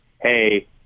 hey